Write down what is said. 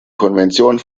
konvention